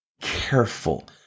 careful